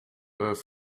earth